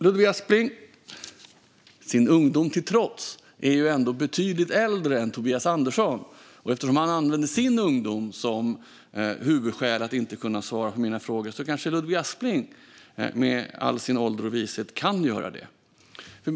Ludvig Aspling är, sin ungdom till trots, betydligt äldre än Tobias Andersson, och eftersom Tobias Andersson använde sin ungdom som huvudskäl till att inte kunna svara på mina frågor kanske Ludvig Aspling, med all sin ålder och vishet, kan göra det.